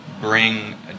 bring